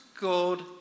God